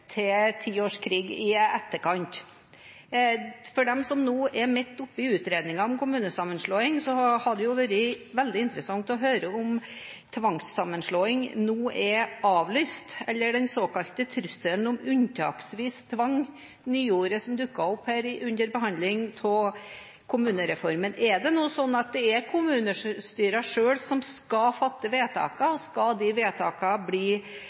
års krig i etterkant. For dem som nå er midt oppe i utredningen om kommunesammenslåing, hadde det vært veldig interessant å høre om tvangssammenslåing nå er avlyst, eller den såkalte trusselen om «unntaksvis tvang», nyordet som dukket opp under behandlingen av kommunereformen. Er det nå slik at det er kommunestyrene selv som skal fatte vedtak? Skal vedtakene bli respektert? Eller er det bare i Rogaland de skal bli